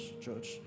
church